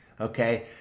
okay